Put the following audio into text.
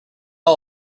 all